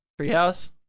Treehouse